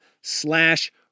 slash